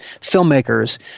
filmmakers